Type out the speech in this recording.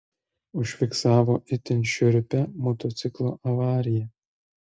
užfiksavo itin šiurpią motociklo avariją